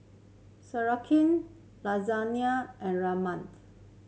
Lasagna and Rajma